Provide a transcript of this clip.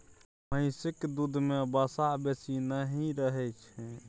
महिषक दूध में वसा बेसी नहि रहइ छै